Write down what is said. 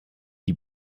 die